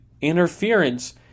interference